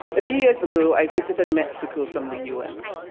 a few years ago, i visited mexico from the u s.